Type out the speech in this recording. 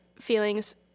feelings